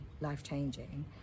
life-changing